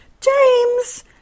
James